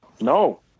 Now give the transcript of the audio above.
No